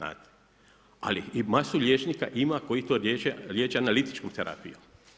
Ali i masu liječnika ima koji to liječe analitičkom terapijom.